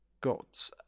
got